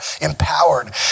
empowered